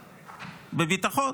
לבתיהם בביטחון,